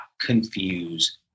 confuse